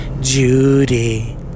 Judy